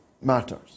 matters